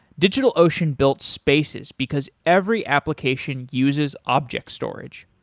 digitalocean built spaces, because every application uses objects storage.